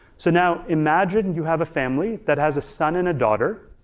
so now imagine you have a family that has a son and a daughter